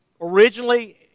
originally